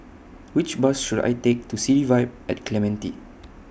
Which Bus should I Take to City Vibe At Clementi